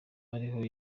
ariho